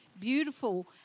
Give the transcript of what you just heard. beautiful